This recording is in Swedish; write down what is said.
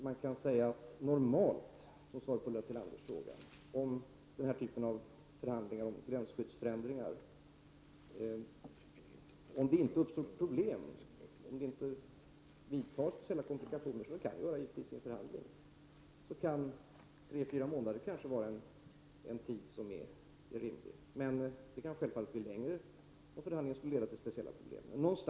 Som svar på Ulla Tillanders fråga kan jag säga om den här typen av förhandlingar om gränsskyddsförändringar, om det inte uppstår problem eller speciella komplikationer — som det givetvis kan göra i en förhandling — att tre fyra månader är en rimlig tid men att det självfallet kan ta längre tid om förhandlingarna skulle leda till speciella problem.